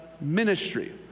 ministry